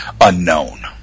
unknown